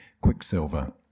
Quicksilver